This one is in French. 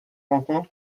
rencontres